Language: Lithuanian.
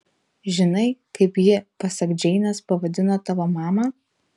žinai kaip ji pasak džeinės pavadino tavo mamą